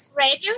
radio